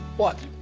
what?